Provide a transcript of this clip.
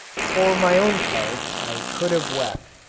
for my own part i could have wept.